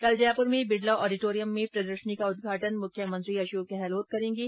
कल जयप्र के बिडला ऑडिटोरियम में प्रदर्शनी का उदघाटन मुख्यमंत्री अशोक गहलोत करेंगे